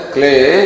Clay